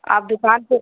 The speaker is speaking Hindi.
आप दुकान पर